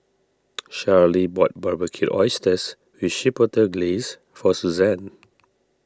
Charly bought Barbecued Oysters with Chipotle Glaze for Suzanne